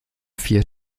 vier